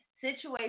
situation